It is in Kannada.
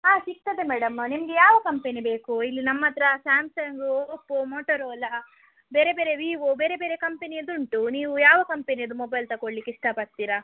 ಹಾಂ ಸಿಗ್ತದೆ ಮೇಡಮ್ ನಿಮಗೆ ಯಾವ ಕಂಪೆನಿ ಬೇಕು ಇಲ್ಲಿ ನಮ್ಮ ಹತ್ರ ಸ್ಯಾಮ್ಸಂಗ್ ಓಪ್ಪೋ ಮೊಟೊರೋಲ ಬೇರೆ ಬೇರೆ ವಿವೋ ಬೇರೆ ಬೇರೆ ಕಂಪೆನಿಯದ್ದುಂಟು ನೀವು ಯಾವ ಕಂಪೆನಿಯದ್ದು ಮೊಬೈಲ್ ತಕೊಳ್ಳಿಕ್ಕಿಷ್ಟಪಡ್ತೀರ